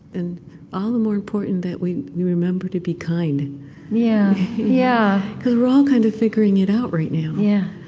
and all the more important that we we remember to be kind yeah yeah cause we're all kind of figuring it out right now yeah